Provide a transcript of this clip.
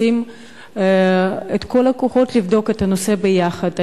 לשים את כל הכוחות לבדוק את הנושא ביחד.